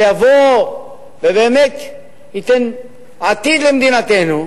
שיבוא ובאמת ייתן עתיד למדינתנו,